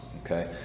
Okay